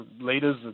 leaders